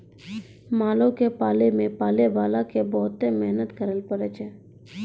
मालो क पालै मे पालैबाला क बहुते मेहनत करैले पड़ै छै